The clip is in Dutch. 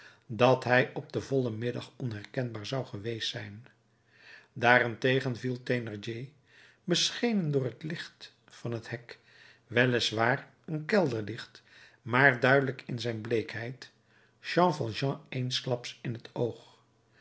dat hij op den vollen middag onherkenbaar zou geweest zijn daarentegen viel thénardier beschenen door het licht van het hek wel is waar een kelderlicht maar duidelijk in zijn bleekheid jean valjean eensklaps in t oog